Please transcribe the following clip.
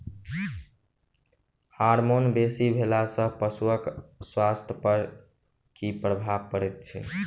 Hormone बेसी भेला सॅ पशुक स्वास्थ्य पर की प्रभाव पड़ैत छै?